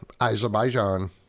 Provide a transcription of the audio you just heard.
Azerbaijan